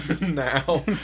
Now